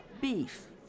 beef